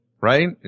Right